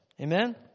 amen